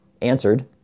answered